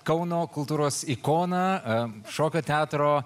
kauno kultūros ikoną šokio teatro